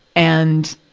and,